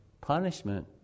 punishment